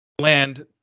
land